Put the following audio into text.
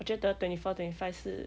我觉得 twenty four twenty five 是